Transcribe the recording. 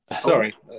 sorry